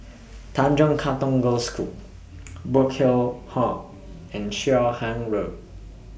Tanjong Katong Girls' School Burkill Hall and Cheow Keng Road